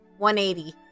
180